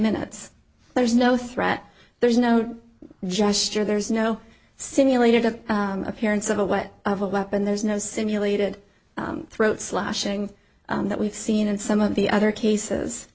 minutes there's no threat there's no gesture there's no simulated an appearance of a what of a weapon there's no simulated throat slashing that we've seen in some of the other cases